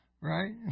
right